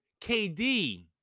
KD